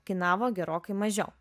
kainavo gerokai mažiau